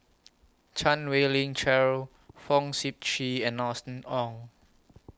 Chan Wei Ling Cheryl Fong Sip Chee and Austen Ong